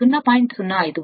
కాబట్టి ఇది ∅ 0